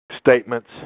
Statements